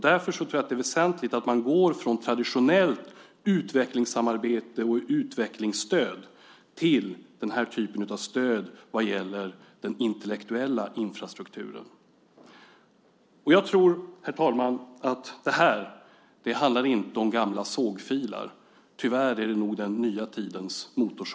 Därför tror jag att det är väsentligt att man går från traditionellt utvecklingssamarbete och utvecklingsstöd till den här typen av stöd vad gäller den intellektuella infrastrukturen. Jag tror, herr talman, att det här inte handlar om gamla sågfilar. Tyvärr är det nog den nya tidens motorsågar.